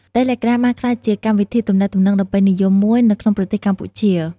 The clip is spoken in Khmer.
តេឡេក្រាមបានក្លាយជាកម្មវិធីទំនាក់ទំនងដ៏ពេញនិយមមួយនៅក្នុងប្រទេសកម្ពុជា។